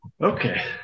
Okay